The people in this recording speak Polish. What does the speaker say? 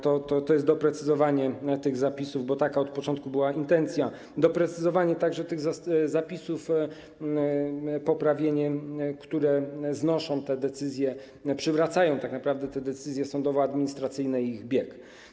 To jest doprecyzowanie tych zapisów, bo od początku taka była intencja, doprecyzowanie także tych zapisów, poprawienie, które znoszą te decyzje, przywracają tak naprawdę te decyzje sądowo-administracyjne i ich bieg.